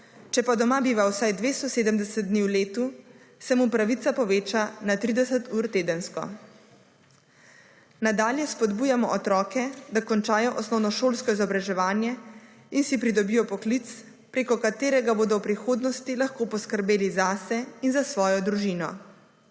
če pa doma biva vsaj 270 dni v letu, se mu pravica poveča na 30 ur tedensko. Nadalje spodbujamo otroke, da končajo osnovnošolsko izobraževanje in si pridobijo poklic preko katerega bodo v prihodnosti lahko poskrbeli zase in za svojo družino.